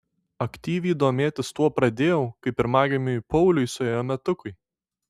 aktyviai domėtis tuo pradėjau kai pirmagimiui pauliui suėjo metukai